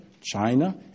China